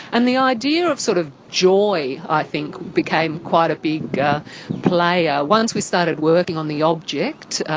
and the idea of sort of joy i think became quite a big player. once we started working on the object,